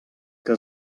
que